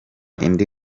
indi